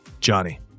Johnny